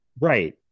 right